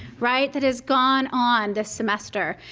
right? that has gone on this semester.